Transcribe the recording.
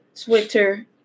twitter